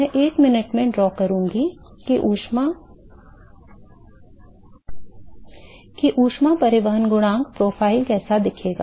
मैं एक मिनट मेंड्रॉ करूंगा कि ऊष्मा परिवहन गुणांक प्रोफ़ाइल कैसा दिखेगा